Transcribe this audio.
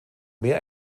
mehr